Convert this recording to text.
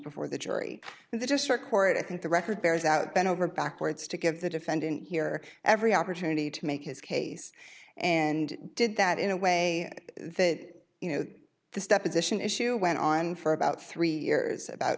before the jury and the district court i think the record bears out bend over backwards to give the defendant here every opportunity to make his case and did that in a way that you know the step addition issue went on for about three years about